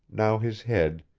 now his head,